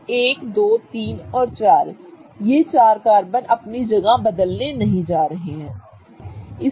तो 1 2 3 और 4 ये चार कार्बन अपनी जगह बदलने नहीं जा रहे हैं ठीक है